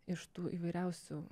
iš tų įvairiausių